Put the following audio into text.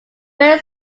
very